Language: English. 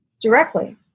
directly